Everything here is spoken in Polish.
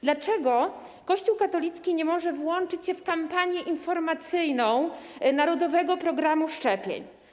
Dlaczego Kościół katolicki nie może włączyć się w kampanię informacyjną narodowego programu szczepień?